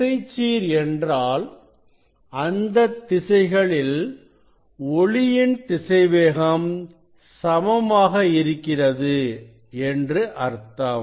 திசைச்சீர் என்றால் அந்தத் திசைகளில் ஒளியின் திசைவேகம் சமமாக இருக்கிறது என்று அர்த்தம்